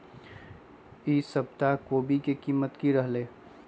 ई सप्ताह कोवी के कीमत की रहलै?